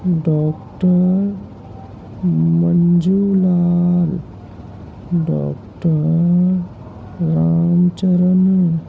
doctor Manjunath doctor Ram Charan